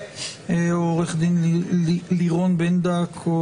עו"ד לירון בנדק.